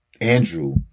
Andrew